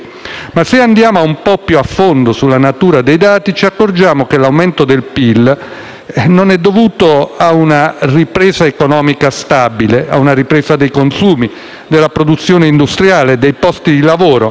Ma, se andiamo un po' più a fondo sulla natura dei dati, ci accorgiamo che lo stimato aumento del PIL non è dovuto a una ripresa stabile dei consumi, della produzione industriale, dei posti di lavoro,